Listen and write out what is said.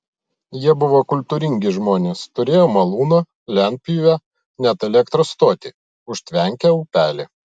jie buvo kultūringi žmonės turėjo malūną lentpjūvę net elektros stotį užtvenkę upelį